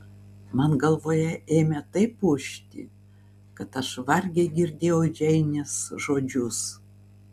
man galvoje ėmė taip ūžti kad aš vargiai girdėjau džeinės žodžius